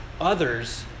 others